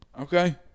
Okay